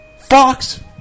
Fox